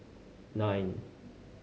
nine